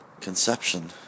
conception